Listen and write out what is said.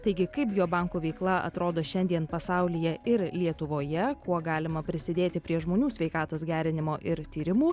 taigi kaip bio banko veikla atrodo šiandien pasaulyje ir lietuvoje kuo galima prisidėti prie žmonių sveikatos gerinimo ir tyrimų